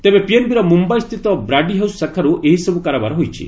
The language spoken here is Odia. ତେବେ ପିଏନ୍ବିର ମୁମ୍ବାଇସ୍ଥିତ ବ୍ରାଡି ହାଉସ୍ ଶାଖାରୁ ଏହିସବ୍ର କାରବାର ହୋଇଛି